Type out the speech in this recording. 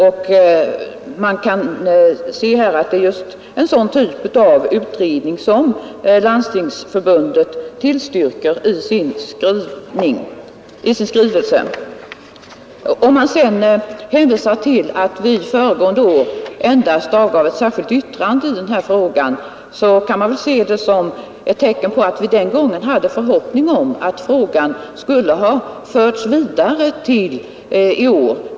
Det är en sådan typ av utredning som Landstingsförbundet tillstyrker i sin skrivelse. När herr Fredriksson sedan hänvisar till att vi föregående år endast avgav ett särskilt yttrande i den här frågan, så kan man väl se det som ett tecken på att vi den gången hade förhoppningar om att frågan skulle föras vidare till i år.